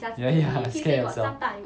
ya ya scare yourself